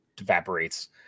evaporates